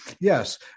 yes